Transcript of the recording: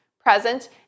present